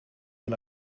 man